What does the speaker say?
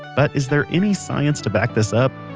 but is there any science to back this up?